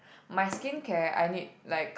my skincare I need like